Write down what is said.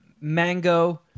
mango